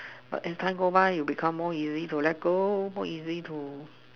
but as time go by you get more easily to let go more easy to